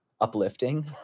uplifting